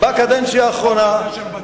השר לנדאו,